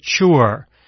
mature